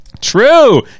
True